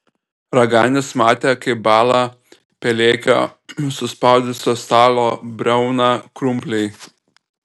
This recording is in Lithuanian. raganius matė kaip bąla pelėkio suspaudusio stalo briauną krumpliai